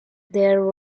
there